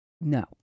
No